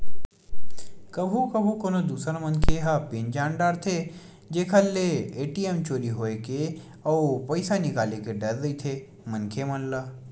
कभू कभू कोनो दूसर मनखे ह पिन जान डारथे जेखर ले ए.टी.एम चोरी होए के अउ पइसा निकाले के डर रहिथे मनखे मन ल